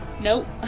Nope